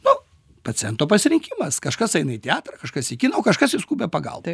nu paciento pasirinkimas kažkas eina į teatrą kažkas į kiną o kažkas į skubią pagalbą